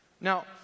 Now